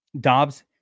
Dobbs